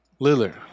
Lillard